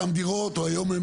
דירות?